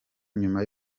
nyuma